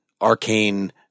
arcane